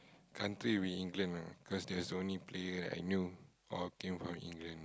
country will be England cause there's only player I knew all came from England